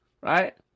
Right